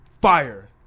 fire